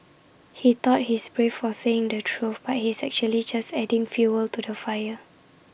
he thought he's brave for saying the truth but he's actually just adding fuel to the fire